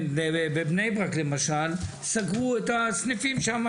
בבני ברק למשל סגרו את הסניפים שם.